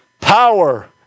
Power